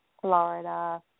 Florida